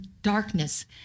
darkness